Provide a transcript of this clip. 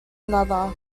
another